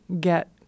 get